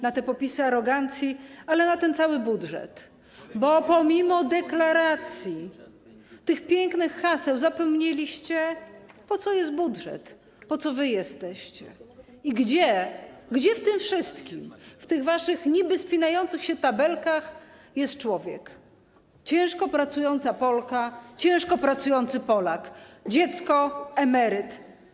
na te popisy arogancji, ale też na ten cały budżet, bo pomimo deklaracji, tych pięknych haseł zapomnieliście, po co jest budżet, po co wy jesteście i gdzie w tym wszystkim, w tych waszych niby spinających się tabelkach jest człowiek, ciężko pracująca Polka, ciężko pracujący Polak, dziecko, emeryt.